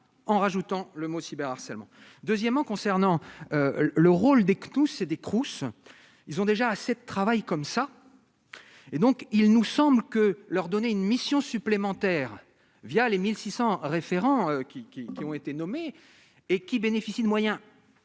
en rajoutant le mot cyber harcèlement, deuxièmement, concernant le rôle des que tous ces des trousses, ils ont déjà assez de travail comme ça et donc, il nous semble que leur donner une mission supplémentaire via les 1600 référents qui qui qui ont été nommés et qui bénéficie de moyens